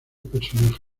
personaje